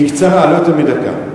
בקצרה, לא יותר מדקה.